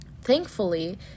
Thankfully